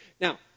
Now